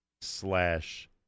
slash